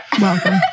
welcome